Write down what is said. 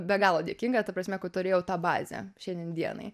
be galo dėkinga ta prasme kad turėjau tą bazę šiandien dienai